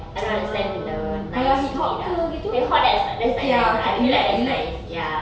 I don't understand the nice to it lah hip hop that's like that's like nice ah I feel like that's nice ya